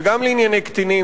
וגם לענייני קטינים,